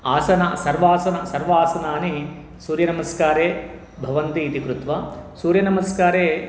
आसनं सर्वासनानि सर्वासनानि सूर्यनमस्कारे भवन्ति इति कृत्वा सूर्यनमस्कारे